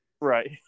Right